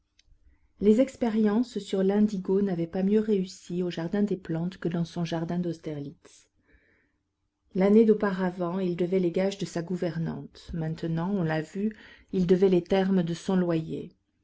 les expériences sur l'indigo n'avaient pas mieux réussi au jardin des plantes que dans son jardin d'austerlitz l'année d'auparavant il devait les gages de sa gouvernante maintenant on l'a vu il devait les termes de son loyer